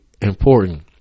important